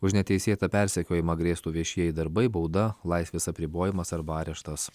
už neteisėtą persekiojimą grėstų viešieji darbai bauda laisvės apribojimas arba areštas